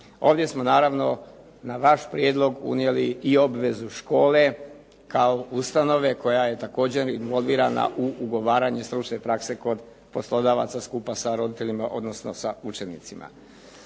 Ovdje smo naravno na vaš prijedlog unijeli i obvezu škole kao ustanove koja je također involvirana u ugovaranje stručne prakse kod poslodavaca skupa sa roditeljima, odnosno sa učenicima.